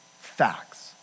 facts